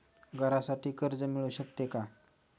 घरासाठी कर्ज मिळू शकते का?